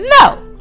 No